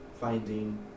finding